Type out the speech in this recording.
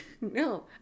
No